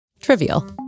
trivial